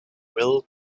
will